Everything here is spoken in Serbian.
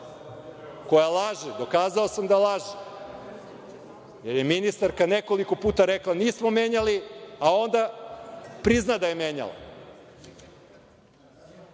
koja laže, dokazao sam da laže, jer je ministarka nekoliko puta rekla nismo menjali, a onda prizna da je menjala.